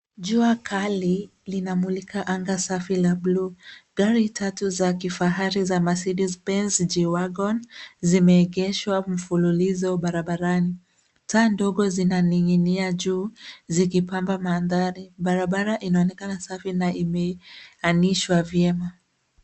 Jua kali linamulika anga safi la blue .Gari tatu za kifahari za Mercedes-Benz G-wagon zimeegeshwa mfululizo barabarani. Taa ndogo zinaning'inia juu zikipamba mandhari. Barabara inaonekana safi na zimeanishwa vyema.